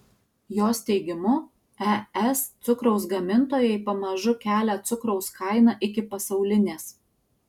jos teigimu es cukraus gamintojai pamažu kelia cukraus kainą iki pasaulinės